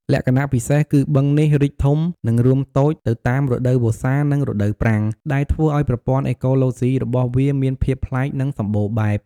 លក្ខណៈពិសេសគឺ បឹងនេះរីកធំ និងរួមតូចទៅតាមរដូវវស្សា និងរដូវប្រាំង ដែលធ្វើឲ្យប្រព័ន្ធអេកូឡូស៊ីរបស់វាមានភាពប្លែក និងសម្បូរបែប។